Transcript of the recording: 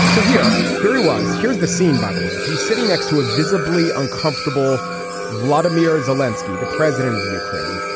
so here here he was. here's the scene by the way. he's sitting next to a visibly uncomfortable vladimir as a lenski the president of ukraine.